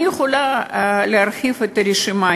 אני יכולה להרחיב את הרשימה.